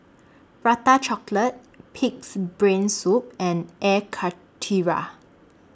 Prata Chocolate Pig'S Brain Soup and Air Karthira